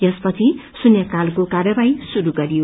यसपछि शुन्यकालको कार्यवाही शुरू गरियो